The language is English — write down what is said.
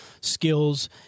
skills